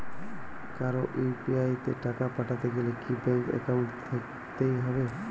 কারো ইউ.পি.আই তে টাকা পাঠাতে গেলে কি ব্যাংক একাউন্ট থাকতেই হবে?